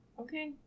okay